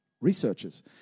researchers